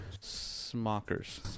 Smokers